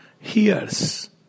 hears